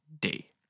day